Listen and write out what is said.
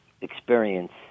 experience